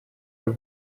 are